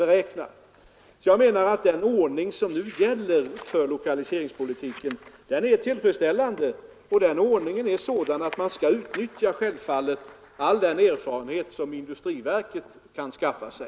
Jag menar alltså att den ordning som nu gäller för lokaliseringspolitiken är tillfredsställande, och den ordningen är sådan att man självfallet skall utnyttja all den erfarenhet som industriverket kan skaffa sig.